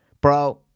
Bro